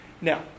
Now